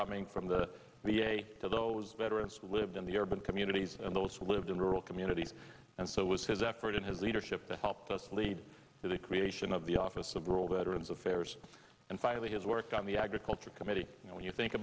forthcoming from the v a to those veterans who lived in the urban communities and those who lived in rural communities and so was his effort in his leadership to help us lead to the creation of the office liberal veterans affairs and finally his work on the agriculture committee you know when you think